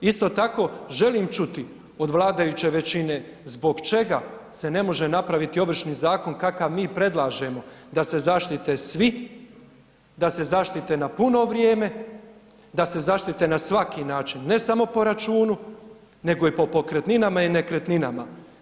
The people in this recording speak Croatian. Isto tako, želim čuti od vladajuće većine zbog čega se ne može napraviti običan zakon kakav mi predlažemo, da se zaštite svi, da se zaštite na puno vrijeme, da se zaštite na svaki način, ne samo po računu, nego i po pokretninama i nekretninama.